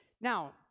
now